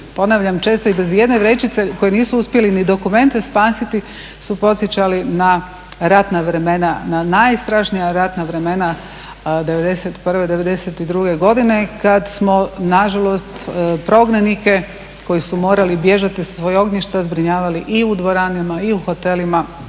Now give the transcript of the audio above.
ponavljam često i bez ijedne vrećice, koji nisu uspjeli ni dokumente spasiti, su podsjećali na ratna vremena, na najstrašnija ratna vremena '91., '92. godine kad smo nažalost prognanike koji su morali bježat sa svojih ognjišta zbrinjavali i u dvoranama i u hotelima.